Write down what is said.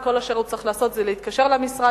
וכל אשר הוא צריך לעשות זה להתקשר למשרד